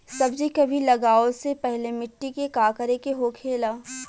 सब्जी कभी लगाओ से पहले मिट्टी के का करे के होखे ला?